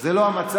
זה לא המצב.